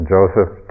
Joseph